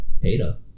Peter